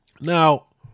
Now